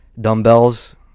dumbbells